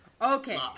Okay